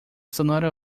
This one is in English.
sonata